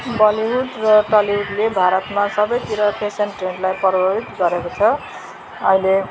Bollywood र टलिवुडले भारतमा सबैतिर फेसन ट्रेन्डलाई प्रभावित गरेको छ अहिले